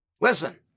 listen